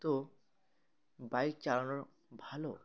তো বাইক চালানো ভালো